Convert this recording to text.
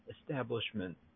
establishment